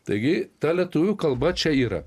taigi ta lietuvių kalba čia yra